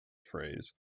phrase